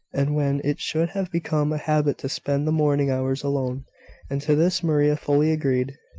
and when it should have become a habit to spend the morning hours alone and to this maria fully agreed.